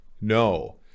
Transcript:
No